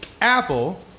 Apple